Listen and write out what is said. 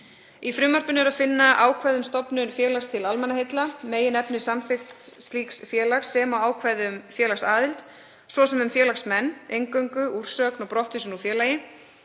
Í frumvarpinu er að finna ákvæði um stofnun félags til almannaheilla, meginefni samþykkta slíks félags sem og ákvæði um félagsaðild, svo sem um félagsmenn, inngöngu, úrsögn og brottvísun úr félagi.